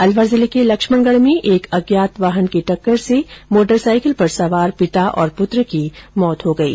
अलवर जिले के लक्ष्मणगढ में एक अज्ञात वाहन की टक्कर से मोटरसाईकिल पर सवार पिता और पुत्र की मौत हो गयी